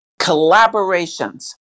collaborations